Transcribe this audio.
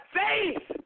faith